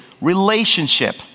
relationship